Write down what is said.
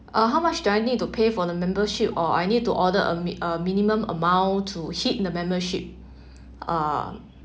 uh how much do I need to pay for the membership or I need to order a min~ a minimum amount to hit the membership uh